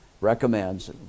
recommends